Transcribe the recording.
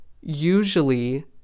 Usually